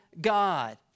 God